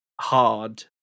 hard